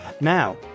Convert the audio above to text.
Now